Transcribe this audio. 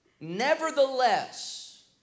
Nevertheless